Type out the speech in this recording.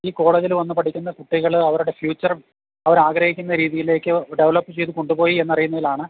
ഈ കോളേജിൽ വന്നു പഠിക്കുന്ന കുട്ടികൾ അവരുടെ ഫ്യൂച്ചർ അവർ ആഗ്രഹിക്കുന്ന രീതിയിലേക്ക് ഡെവലപ്പ് ചെയ്തു കൊണ്ടുപോയി എന്നറിയുന്നതിലാണ്